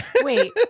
wait